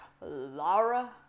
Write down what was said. Laura